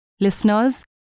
Listeners